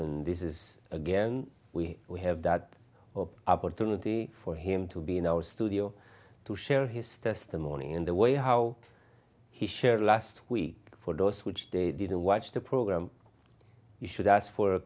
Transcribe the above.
and this is again we we have that or opportunity for him to be in our studio to share his testimony in the way how he shared last week for those which they didn't watch the program you should ask for a